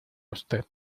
usted